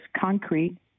concrete